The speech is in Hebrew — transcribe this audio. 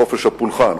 חופש הפולחן,